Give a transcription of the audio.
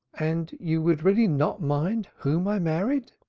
and you would really not mind whom i married?